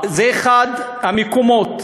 זה אחד המקומות.